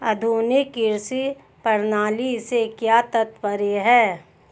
आधुनिक कृषि प्रणाली से क्या तात्पर्य है?